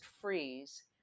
freeze